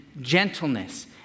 gentleness